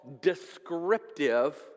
descriptive